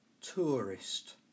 tourist